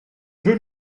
peux